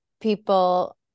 people